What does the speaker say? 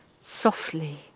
softly